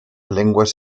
lenguas